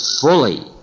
fully